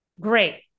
great